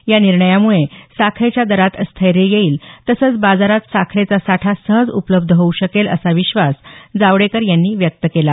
या निर्णयामुळे साखरेच्या दरात स्थैर्य येईल तसंच बाजारात साखरेचा साठा सहज उपलब्ध होऊ शकेल असा विश्वास जावडेकर यांनी व्यक्त केला